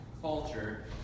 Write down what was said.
culture